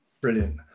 Brilliant